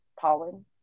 pollen